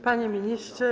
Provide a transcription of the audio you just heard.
Panie Ministrze!